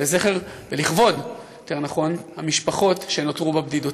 ולכבוד המשפחות שנותרו בבדידות.